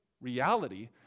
reality